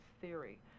theory